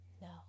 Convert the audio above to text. No